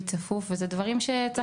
צפוף וזה דברים שצריך לתת עליהם את הדעת.